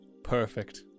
Perfect